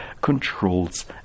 controls